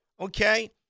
okay